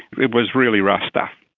it was really rough stuff.